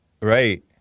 Right